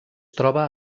troba